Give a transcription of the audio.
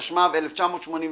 התשמ"ו 1986,